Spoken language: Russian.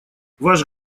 ваш